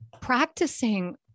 practicing